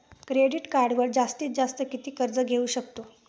Credit कार्डवर जास्तीत जास्त किती कर्ज घेऊ शकतो?